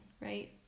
right